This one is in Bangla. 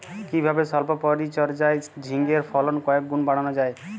কিভাবে সল্প পরিচর্যায় ঝিঙ্গের ফলন কয়েক গুণ বাড়ানো যায়?